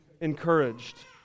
encouraged